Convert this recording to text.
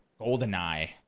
GoldenEye